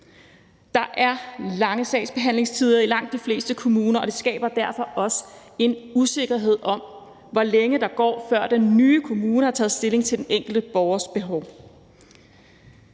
Der er lange sagsbehandlingstider i langt de fleste kommuner, og det skaber derfor også en usikkerhed om, hvor lang tid der går, før den nye kommune har taget stilling til den enkelte borgers behov.